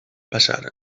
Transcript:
passar